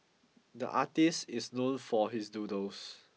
the artist is known for his noodles